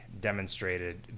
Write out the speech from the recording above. demonstrated